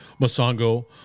masango